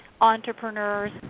entrepreneurs